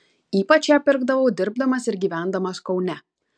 ypač ją pirkdavau dirbdamas ir gyvendamas kaune